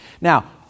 Now